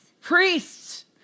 Priests